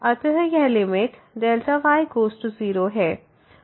अत यह limit y→0 है